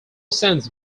sends